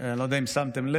אני לא יודע אם שמתם לב